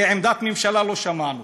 ועמדת הממשלה לא שמענו.